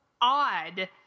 odd